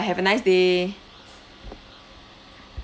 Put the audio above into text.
have a nice day